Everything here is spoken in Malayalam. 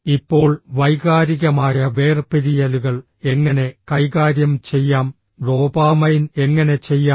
ഇപ്പോൾ വൈകാരികമായ വേർപിരിയലുകൾ എങ്ങനെ കൈകാര്യം ചെയ്യാം ഡോപാമൈൻ എങ്ങനെ ചെയ്യാം